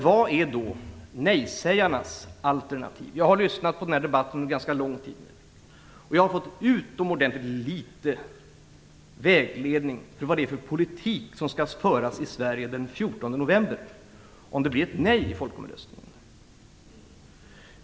Vad är då nej-sägarnas alternativ? Jag har lyssnat på den här debatten under ganska lång tid nu. Jag har fått utomordentligt liten vägledning i vad det är för politik som skall föras i Sverige den 14 november om det blir ett nej i folkomröstningen.